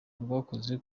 rwakoze